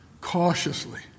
cautiously